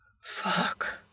fuck